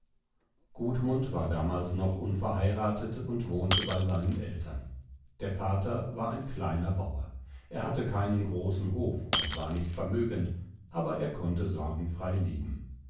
gudmund war damals noch unverheiratet und wohnte bei seinen eltern der vater war ein kleiner bauer er hatte keinen großen hof und war nicht vermögend aber er konnte sorgenfrei leben